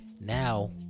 now